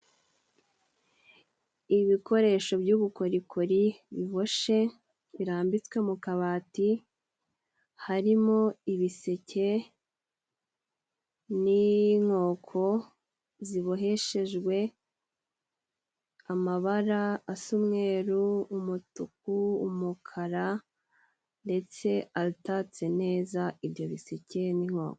Ibikoresho by'ubukorikori biboshe birambitswe mu kabati harimo: ibiseke, n'inkoko ziboheshejwe amabara asa umweru, umutuku, umukara, ndetse atatse neza ibyo biseke n'inkoko.